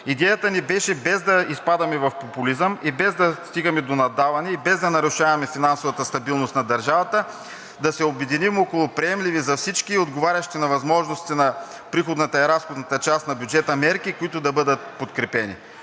Идеята ни беше, без да изпадаме в популизъм ,без да стигаме до наддаване, без да нарушаваме финансовата стабилност на държавата, да се обединим около приемливи за всички и отговарящи на възможностите на приходната и разходната част на бюджета мерки, които да бъдат подкрепени.